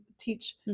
teach